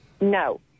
No